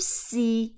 see